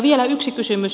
vielä yksi kysymys